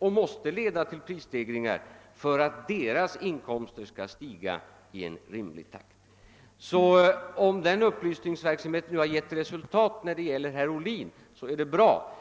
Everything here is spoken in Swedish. det måste bli prisstegringar om deras inkomster skall stiga i en rimlig takt. Om upplysningsverksamheten nu har givit resultat när det gäller herr Ohlin är det bra.